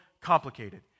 complicated